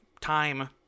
time